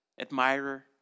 Admirer